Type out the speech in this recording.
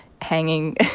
hanging